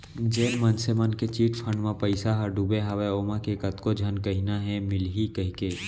जेन मनसे मन के चिटफंड म पइसा ह डुबे हवय ओमा के कतको झन कहिना हे मिलही कहिके